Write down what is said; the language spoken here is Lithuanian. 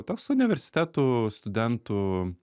toks universitetų studentų